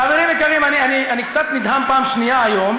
חברים יקרים, אני קצת נדהם פעם שנייה היום,